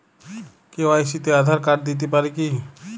KYC তে Aadhaar card দিতে পারি কি?